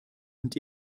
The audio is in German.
und